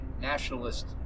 nationalist